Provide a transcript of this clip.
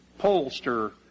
pollster